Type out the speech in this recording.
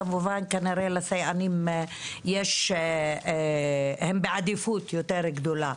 כמובן כנראה שהסייענים הם בעדיפות יותר גבוהה